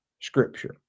scripture